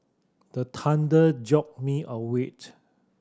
the thunder jolt me a wait